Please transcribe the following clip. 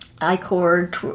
I-cord